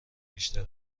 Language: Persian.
بیشتر